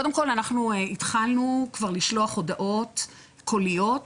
התחלנו כבר לשלוח הודעות קוליות